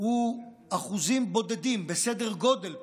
הוא אחוזים בודדים, זה בסדר גודל פחות,